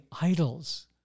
idols